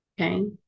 okay